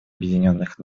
объединенных